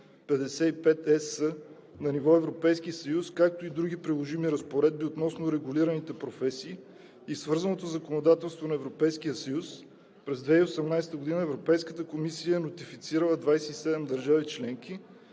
на ниво Европейски съюз, както и други приложими разпоредби относно регулираните професии и свързаното законодателство на Европейския съюз, през 2018 г. Европейската комисия е нотифицирала 27 държави членки,